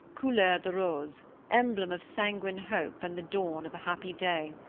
couleur de rose, emblem of sanguine hope and the dawn of a happy day.